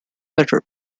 letters